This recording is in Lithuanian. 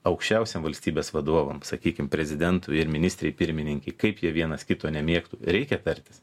aukščiausiem valstybės vadovam sakykim prezidentui ir ministrei pirmininkei kaip jie vienas kito nemėgtų reikia tartis